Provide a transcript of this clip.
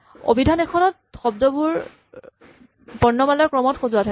অভিধান এখনত শব্দবোৰ বৰ্ণমালাৰ ক্ৰমত সজোৱা থাকে